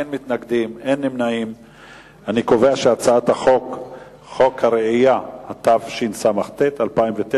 ההצעה להעביר את הצעת חוק הרעייה, התשס"ט 2009,